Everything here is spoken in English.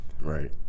Right